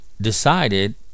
decided